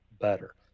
better